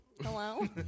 Hello